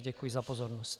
Děkuji za pozornost.